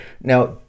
now